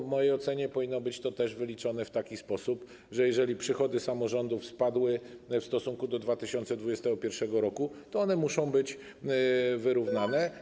W mojej ocenie powinno być to wyliczone w taki sposób, że jeżeli przychody samorządów spadły w stosunku do 2021 r., to one muszą być wyrównane.